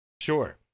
Sure